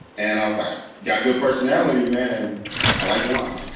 and i was like got good personality man and i like one.